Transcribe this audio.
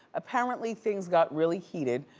apparently, things got really heated.